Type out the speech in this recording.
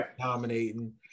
dominating